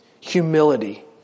Humility